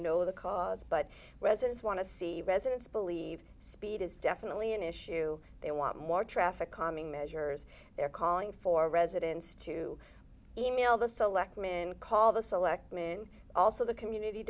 know the cause but residents want to see residents believe speed is definitely an issue they want more traffic calming measures they're calling for residents to in the selectmen call the selectmen also the community